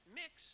mix